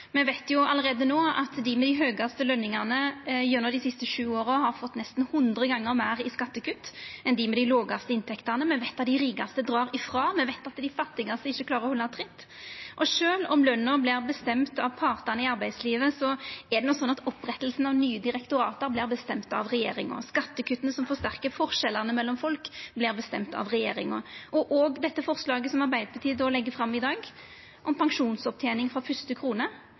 Me veit allereie no at dei med dei høgaste løningane gjennom dei siste sju åra har fått nesten hundre gonger meir i skattekutt enn dei med dei lågaste inntektene. Me veit at dei rikaste dreg frå, og me veit at dei fattigaste ikkje klarar halda tritt. Og sjølv om løna vert bestemt av partane i arbeidslivet, er det no eingong slik at oppretting av nye direktorat vert bestemt av regjeringa. Skattekutta som forsterkar forskjellane mellom folk, vert bestemt av regjeringa. Og det forslaget som Arbeidarpartiet legg fram i dag, om pensjonsopptening frå fyrste